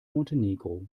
montenegro